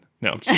no